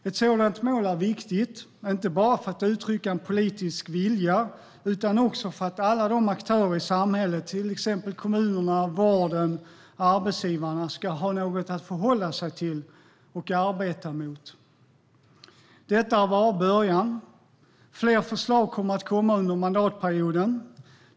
Ett sådant mål är viktigt inte bara för att uttrycka en politisk vilja utan också för att alla aktörer i samhället - till exempel kommunerna, vården och arbetsgivarna - ska ha något att förhålla sig till och arbeta mot. Detta är bara en början. Fler förslag kommer att komma under mandatperioden.